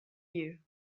you